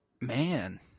Man